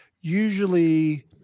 usually